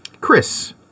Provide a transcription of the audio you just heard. Chris